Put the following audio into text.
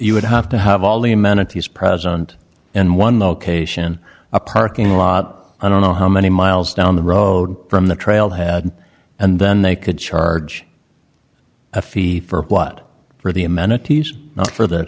you would have to have all the amenities present and one location a parking lot i don't know how many miles down the road from the trailhead and then they could charge a fee for blood for the amenities for th